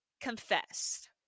confessed